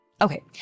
Okay